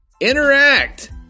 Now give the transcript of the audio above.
Interact